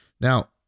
Now